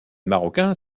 marocain